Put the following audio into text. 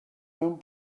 mewn